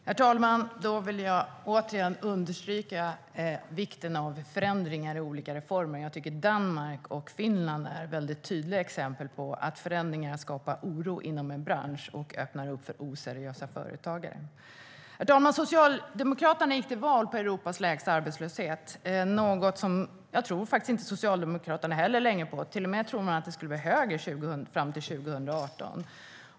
Herr talman! Jag vill återigen understryka vikten av förändringar i olika reformer. Jag tycker att Danmark och Finland är väldigt tydliga exempel på att förändringar skapar oro inom en bransch och öppnar upp för oseriösa företagare. Herr talman! Socialdemokraterna gick till val på Europas lägsta arbetslöshet, något som jag faktiskt inte tror att Socialdemokraterna tror på längre. Man tror till och med att arbetslösheten ska bli högre fram till 2018.